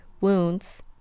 wounds